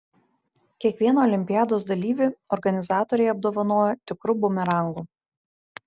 kiekvieną olimpiados dalyvį organizatoriai apdovanojo tikru bumerangu